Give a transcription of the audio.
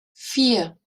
vier